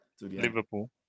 Liverpool